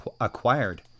acquired